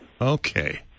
Okay